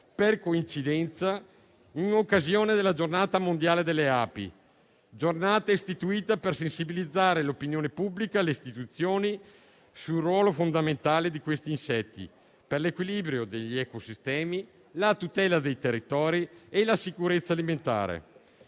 per coincidenza in occasione della Giornata mondiale delle api, giornata istituita per sensibilizzare l'opinione pubblica e le istituzioni sul ruolo fondamentale di questi insetti per l'equilibrio degli ecosistemi, la tutela dei territori e la sicurezza alimentare.